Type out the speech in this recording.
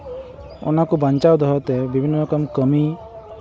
ᱚᱱᱟᱠᱚ ᱵᱟᱧᱪᱟᱣ ᱫᱚᱦᱚᱭᱛᱮ ᱵᱤᱵᱷᱤᱱᱱᱚ ᱨᱚᱠᱚᱢ ᱠᱟᱹᱢᱤ